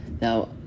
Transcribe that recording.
Now